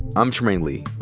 i'm trymaine lee.